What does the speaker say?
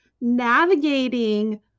navigating